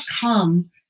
come